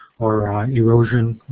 or erosion.